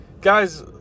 Guys